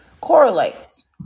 correlates